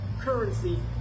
currency